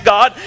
God